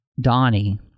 Donnie